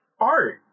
art